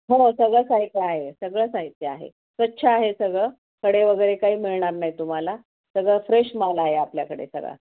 हो सगळं साहित्य आहे सगळं साहित्य आहे स्वच्छ आहे सगळं खडे वगैरे काही मिळणार नाही तुम्हाला सगळं फ्रेश माल आहे आपल्याकडे सगळा